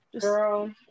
girl